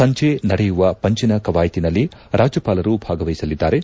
ಸಂಜೆ ನಡೆಯುವ ಪಂಜಿನ ಕವಾಯಿತಿನಲ್ಲಿ ರಾಜ್ಯಪಾಲರು ಭಾಗವಹಿಸಲಿದ್ದಾರೆ